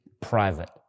private